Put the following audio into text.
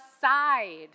side